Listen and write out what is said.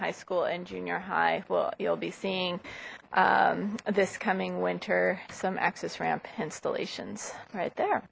high school and junior high well you'll be seeing this coming winter some access ramp installations right there